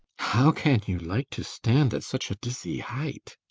how can you like to stand at such a dizzy height?